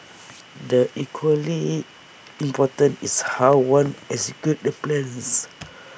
the equally important is how one executes the plans